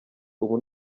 ubu